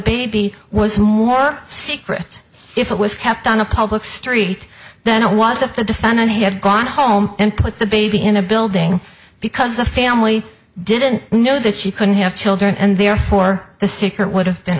baby was more secret if it was kept on a public street than it was if the defendant had gone home and put the baby in a building because the family didn't know that she couldn't have children and therefore the sicker would have been